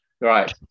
right